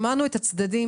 שמענו את הצדדים.